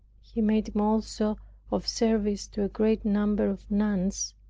he made me also of service to a great number of nuns,